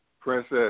Princess